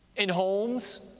in homes.